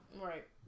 Right